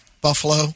Buffalo